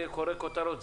אני קורא כותרות.